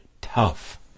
tough